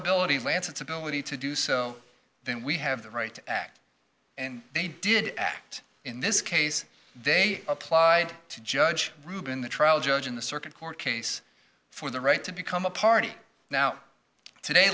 ability lancets ability to do so then we have the right to act and they did act in this case they applied to judge rubin the trial judge in the circuit court case for the right to become a party now today